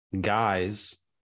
guys